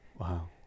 Wow